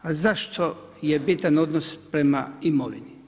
A zašto je bitan odnos prema imovini?